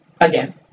again